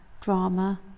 Drama